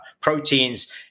proteins